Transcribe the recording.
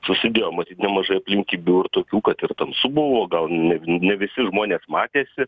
susidėjo matyt nemažai aplinkybių ir tokių kad ir tamsu buvo gal ne ne visi žmonės matėsi